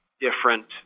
different